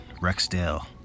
Rexdale